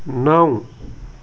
نَو